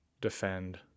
defend